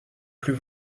plus